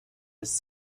has